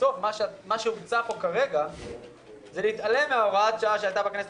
בסוף מה שהוצע כאן כרגע זה להתעלם מהוראת השעה שהייתה בכנסת